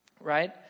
right